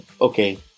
Okay